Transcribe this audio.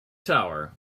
tower